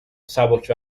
سبک